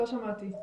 לא שמעתי.